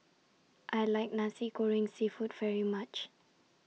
I like Nasi Goreng Seafood very much